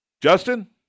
Justin